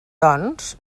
doncs